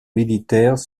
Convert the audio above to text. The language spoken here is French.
militaires